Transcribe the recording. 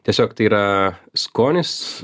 tiesiog tai yra skonis